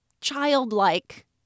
childlike